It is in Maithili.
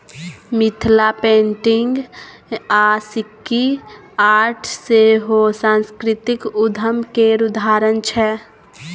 मिथिला पेंटिंग आ सिक्की आर्ट सेहो सास्कृतिक उद्यम केर उदाहरण छै